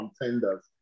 contenders